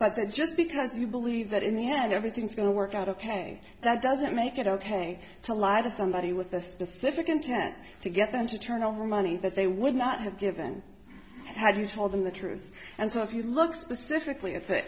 but that's just because you believe that in the end everything's going to work out ok that doesn't make it ok to lie to somebody with a specific intent to get them to turn over money that they would not have given had you told them the truth and so if you look specifically